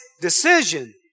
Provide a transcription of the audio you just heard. decision